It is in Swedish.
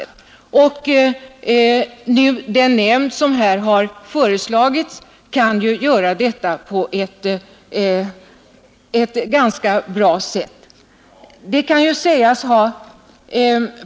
Den nämnd som här föreslagits kan göra detta på ett ganska bra sätt.